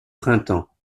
printemps